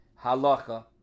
Halacha